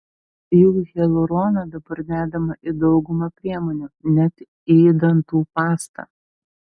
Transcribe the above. juk hialurono dabar dedama į daugumą priemonių net į dantų pastą